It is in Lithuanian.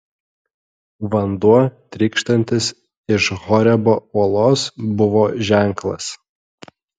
vanduo trykštantis iš horebo uolos buvo ženklas